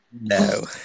No